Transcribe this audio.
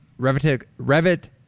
Revit